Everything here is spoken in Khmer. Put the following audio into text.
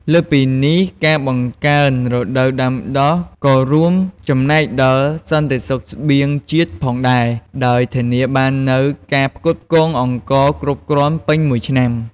លើសពីនេះ ការបង្កើនរដូវដាំដុះក៏រួមចំណែកដល់សន្តិសុខស្បៀងជាតិផងដែរ ដោយធានាបាននូវការផ្គត់ផ្គង់អង្ករគ្រប់គ្រាន់ពេញមួយឆ្នាំ។